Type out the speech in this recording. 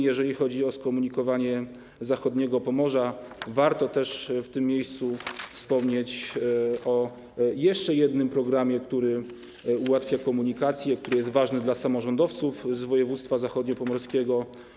Jeżeli chodzi o skomunikowanie Pomorza Zachodniego, warto też w tym miejscu wspomnieć o jeszcze jednym programie, który ułatwia komunikację, który jest ważny dla samorządowców z województwa zachodniopomorskiego.